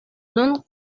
nun